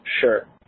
sure